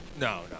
no